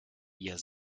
ihr